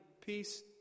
peace